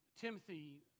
Timothy